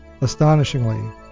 Astonishingly